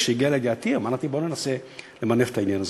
וכשהוא הגיע אלי אמרתי: בוא ננסה למנף את העניין הזה.